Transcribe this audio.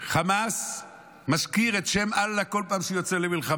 חמאס מזכיר את שם אללה כל פעם כשהוא יוצא למלחמה,